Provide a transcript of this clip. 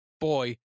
Boy